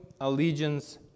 allegiance